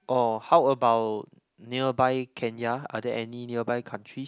orh how about nearby Kenya are there any nearby countries